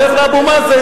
לך לאבו מאזן,